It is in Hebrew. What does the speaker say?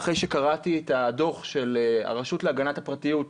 אחרי שקראתי את הדוח של הרשות להגנת הפרטיות,